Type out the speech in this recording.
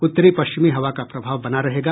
उत्तरी पश्चिमी हवा का प्रभाव बना रहेगा